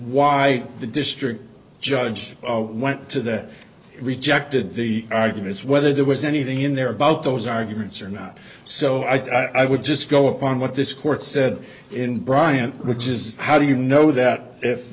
why the district judge went to that rejected the arguments whether there was anything in there about those arguments or not so i thought i would just go on what this court said in bryant which is how do you know that if